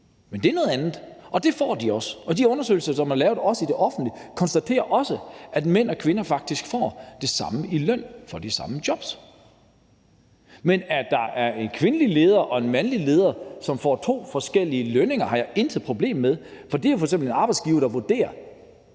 men det er noget andet, og det får de også. Og de undersøgelser, som er lavet, også i det offentlige, konstaterer også, at mænd og kvinder faktisk får det samme i løn for de samme jobs. Men at der er en kvindelig leder og en mandlig leder, som får to forskellige lønninger, har jeg intet problem med, for det er f.eks. en arbejdsgiver, der vurderer,